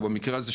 או במקרה הזה,